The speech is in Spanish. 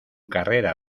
carrera